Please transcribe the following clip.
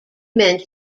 meant